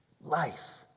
Life